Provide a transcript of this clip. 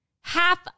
half